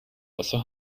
wasser